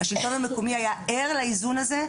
השלטון המקומי היה ער לאיזון הזה,